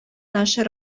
нашей